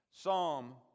Psalm